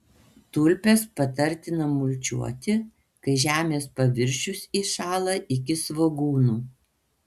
tulpes patartina mulčiuoti kai žemės paviršius įšąla iki svogūnų